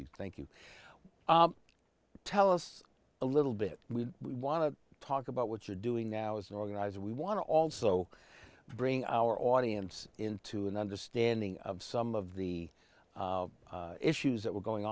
you thank you tell us a little bit we want to talk about what you're doing now as an organizer we want to also bring our audience into an understanding of some of the issues that were going